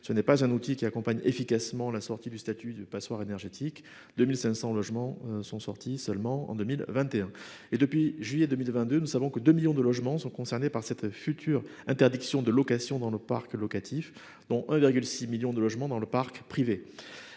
son succès, cet outil n'accompagne pas efficacement la sortie du statut de passoire énergétique, 2 500 logements seulement étant sortis de ce statut en 2021 ! Depuis juillet 2022, nous savons que 2 millions de logements sont concernés par cette future interdiction de location dans le parc locatif, dont 1,6 million de logements dans le parc privé.